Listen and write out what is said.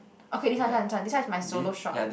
okay this one this one this one is my solo shot